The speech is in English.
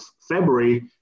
February